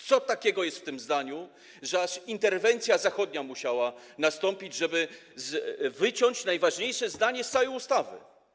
Co takiego jest w tym zdaniu, że aż interwencja zachodnia musiała nastąpić, żeby wyciąć najważniejsze zdanie z całej ustawy?